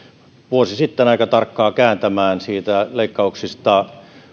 sitten aika tarkkaan kääntämään leikkauksista